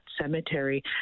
cemetery